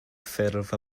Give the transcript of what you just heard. ffurf